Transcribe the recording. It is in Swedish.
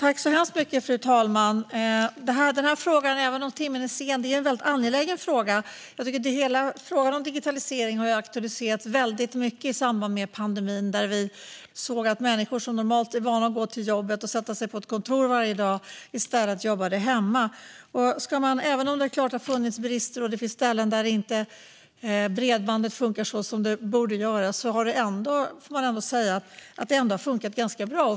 Fru talman! Timmen är sen, men det här är en väldigt angelägen fråga. Jag tycker att hela frågan om digitalisering har aktualiserats väldigt mycket i samband med pandemin. Vi såg att människor som normalt var vana vid att gå till jobbet och sätta sig på ett kontor varje dag i stället jobbade hemma. Även om det är klart att det har funnits brister och det finns ställen där bredbandet inte funkar så som det borde göra får man ändå säga att det har funkat ganska bra.